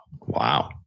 Wow